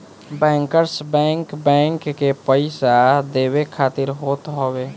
bankers bank, bank के पईसा देवे खातिर होत हवे